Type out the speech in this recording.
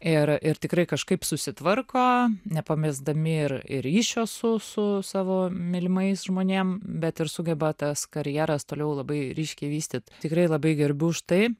ir ir tikrai kažkaip susitvarko nepamesdami ir ir ryšio su su savo mylimais žmonėm bet ir sugeba tas karjeras toliau labai ryškiai vystyt tikrai labai gerbiu už tai